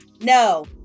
No